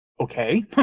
Okay